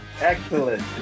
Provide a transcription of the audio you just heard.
Excellent